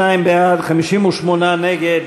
62 בעד, 58 נגד.